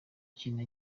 kintu